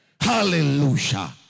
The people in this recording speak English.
Hallelujah